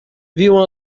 viu